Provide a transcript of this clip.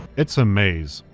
it's a maze.